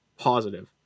positive